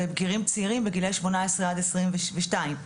ובגירים צעירים בגילאי שמונה עשרה עד עשרים ושתיים.